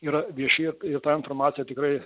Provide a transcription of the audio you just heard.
yra vieši ta informacija tikrai